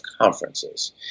conferences